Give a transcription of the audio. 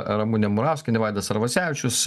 ramunė murauskienė vaidas arvasevičius